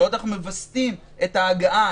לראות איך מווסתים את ההגעה,